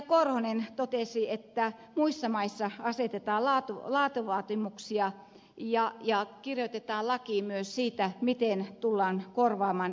korhonen totesi että muissa maissa asetetaan laatuvaatimuksia ja kirjoitetaan lakiin myös siitä miten tullaan korvaamaan yleispalveluvelvoitteesta